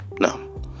no